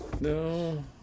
No